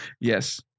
Yes